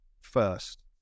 first